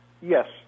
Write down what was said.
yes